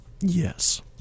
Yes